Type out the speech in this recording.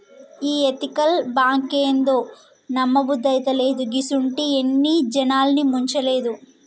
ఈ ఎతికల్ బాంకేందో, నమ్మబుద్దైతలేదు, గిసుంటియి ఎన్ని జనాల్ని ముంచలేదు